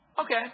okay